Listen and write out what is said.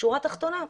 שורה תחתונה,